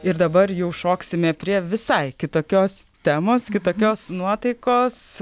ir dabar jau šoksime prie visai kitokios temos kitokios nuotaikos